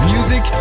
Music